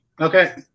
Okay